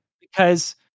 because-